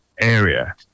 area